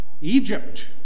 Egypt